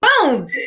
Boom